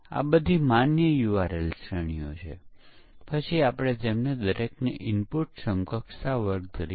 કંપનીઓ સોફ્ટવેરને રીલિજ કરતાં પહેલા પરીક્ષણ કરે છે અને રિસર્ચ કહે છે કે સોફ્ટવેરના વિસ્તૃત પરીક્ષણ પછી પણ કોડની 1000 લીટીઓ દીઠ એક ભૂલ હોય છે